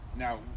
Now